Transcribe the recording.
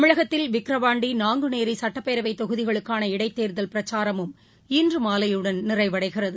தமிழகத்தில் விக்ரவாண்டி நாங்குநேரி சுட்டப்பேரவைத் தொகுதிகளுக்கான இடைத்தேர்தல் பிரச்சாரமும் இன்று மாலையுடன் நிறைவடைகிறது